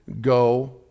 Go